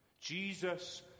Jesus